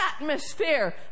atmosphere